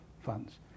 funds